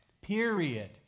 period